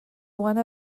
one